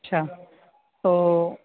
اچھا تو